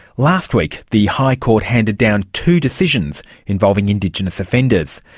last week the high court handed down two decisions involving indigenous offenders.